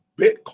Bitcoin